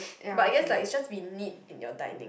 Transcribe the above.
but I guess like it's just be neat in your dining